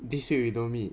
this week we don't meet